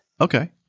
Okay